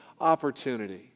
opportunity